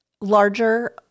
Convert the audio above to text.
larger